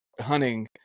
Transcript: hunting